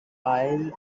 pile